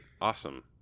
Awesome